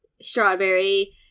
strawberry